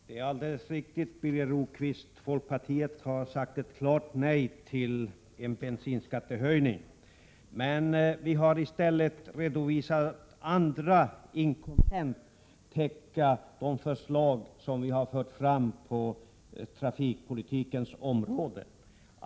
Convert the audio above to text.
Fru talman! Det är alldeles riktigt, Birger Rosqvist, att folkpartiet har sagt klart nej till en bensinskattehöjning. Men vi har i stället redovisat andra inkomstkällor för att till 100 96 täcka de förslag som vi har fört fram på trafikpolitikens område.